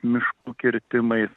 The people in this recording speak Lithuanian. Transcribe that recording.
miškų kirtimais